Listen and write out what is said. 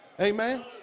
Amen